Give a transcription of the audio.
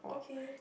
okay